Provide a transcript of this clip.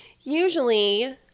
usually